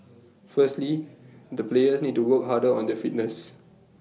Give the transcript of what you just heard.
firstly the players need to work harder on their fitness